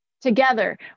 Together